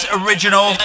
original